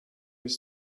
his